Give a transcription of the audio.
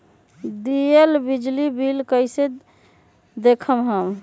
दियल बिजली बिल कइसे देखम हम?